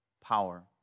power